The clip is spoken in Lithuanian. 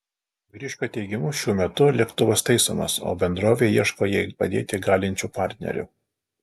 vyriškio teigimu šiuo metu lėktuvas taisomas o bendrovė ieško jai padėti galinčių partnerių